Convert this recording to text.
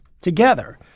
together